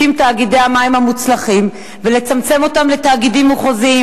תאגידי המים המוצלחים ולצמצם אותם לתאגידים מחוזיים.